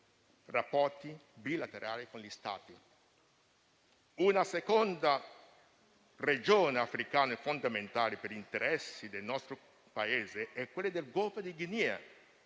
rapporti bilaterali con gli Stati. Una seconda regione africana fondamentale per gli interessi del nostro Paese è quella del Golfo di Guinea.